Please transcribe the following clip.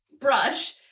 brush